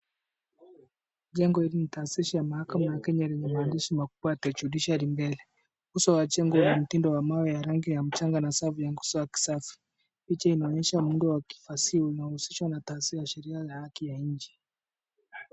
Jengo hili ni taasisi ya mahakama ya Kenya yenye maandishi makubwa The Judiciary mbele. Uso wa jengo una mtindo wa mawe yenye rangi ya mchanga na safu yenye nguzo ya kisasa. Picha inaonyesha muundo wa kifasihi inayohusishwa na taasisi ya kisasa ya nje.